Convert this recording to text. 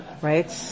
Right